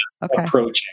Approaching